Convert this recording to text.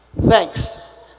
Thanks